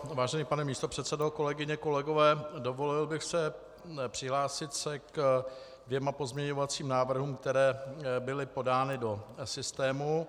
Vážený pane místopředsedo, kolegyně, kolegové, dovolil bych si přihlásit se ke dvěma pozměňovacím návrhům, které byly podány do systému.